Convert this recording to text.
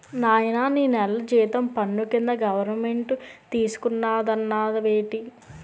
నాయనా నీ నెల జీతం పన్ను కింద గవరమెంటు తీసుకున్నాదన్నావేటి